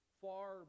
far